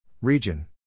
Region